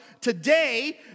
today